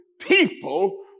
people